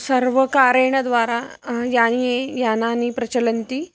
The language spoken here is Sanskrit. सर्वकारेण द्वारा यानि यानानि प्रचलन्ति